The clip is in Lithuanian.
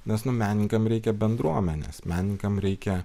nes menininkam reikia bendruomenės menininkam reikia